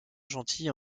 gentille